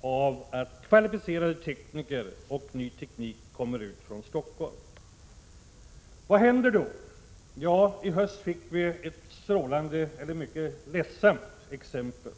av att kvalificerade tekniker och ny teknik förs ut från Stockholm. Vad händer? Ja, i höstas fick vi ett strålande, eller rättare sagt mycket ledsamt exempel.